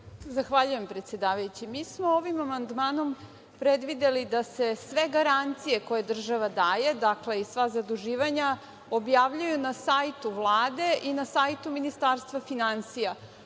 Zahvaljujem, predsedavajući. Mi smo ovim amandmanom predvideli da se sve garancije koje država daje i sva zaduživanja objavljuju na sajtu Vlade i na sajtu Ministarstva finansija,